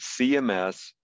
CMS